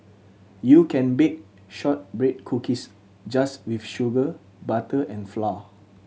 you can bake shortbread cookies just with sugar butter and flour